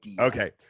Okay